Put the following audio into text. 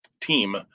team –